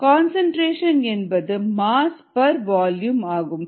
concentration என்பது mass per volume ஆகும்